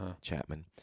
Chapman